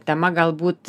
tema galbūt